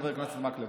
חבר הכנסת מקלב.